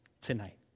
tonight